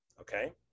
Okay